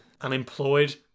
Unemployed